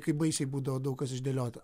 kaip baisiai būdavo daug kas išdėliota